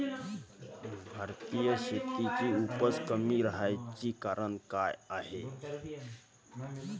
भारतीय शेतीची उपज कमी राहाची कारन का हाय?